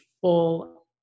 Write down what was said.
full